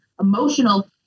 emotional